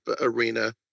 arena